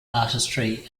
artistry